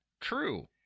True